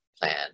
plan